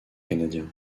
canadien